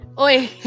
Oi